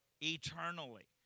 Eternally